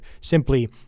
simply